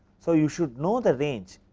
so, you should know the range.